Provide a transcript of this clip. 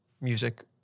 music